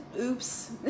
oops